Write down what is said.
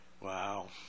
Wow